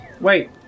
Wait